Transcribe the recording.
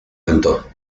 lento